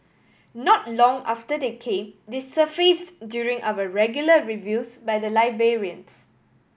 not long after they came they surfaced during our regular reviews by the librarians